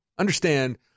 Understand